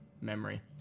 memory